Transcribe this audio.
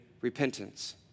repentance